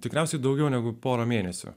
tikriausiai daugiau negu porą mėnesių